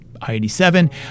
I-87